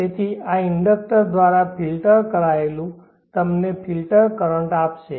તેથી આ ઇન્ડક્ટર દ્વારા ફિલ્ટર કરાયેલું તમને ફિલ્ટર કરંટ આપશે